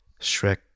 Shrek